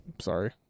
Sorry